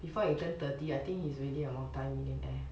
before he turn thirty I think he is already a multi millionaire